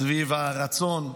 סביב הרצון לעזור,